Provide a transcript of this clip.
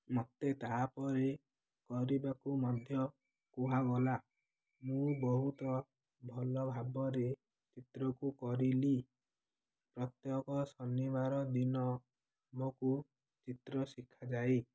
ମୋତେ ତାପରେ କରିବାକୁ ମଧ୍ୟ କୁହା ଗଲା ମୁଁ ବହୁତ ଭଲ ଭାବରେ ଚିତ୍ରକୁ କରିଲି ପ୍ରତ୍ୟେକ ଶନିବାର ଦିନକୁ ଚିତ୍ର ଶିଖାଯାଏ